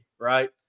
right